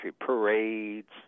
parades